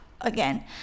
again